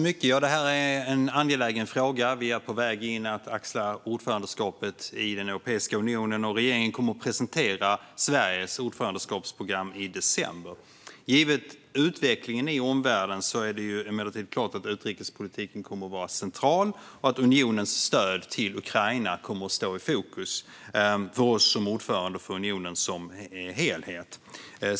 Herr talman! Det här är en angelägen fråga. Vi är på väg att axla ordförandeskapet i Europeiska unionen, och regeringen kommer att presentera Sveriges ordförandeskapsprogram i december. Givet utvecklingen i omvärlden är det emellertid klart att utrikespolitiken kommer att vara central och att unionens stöd till Ukraina kommer att stå i fokus för oss som ordförande för unionen som helhet.